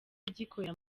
gikorera